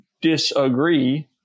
disagree